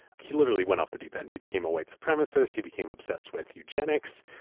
he literally went off the deep end. he became a white supremacist, he became obsessed with eugenics.